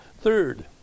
Third